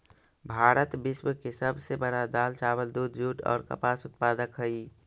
भारत विश्व के सब से बड़ा दाल, चावल, दूध, जुट और कपास उत्पादक हई